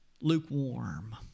lukewarm